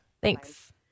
Thanks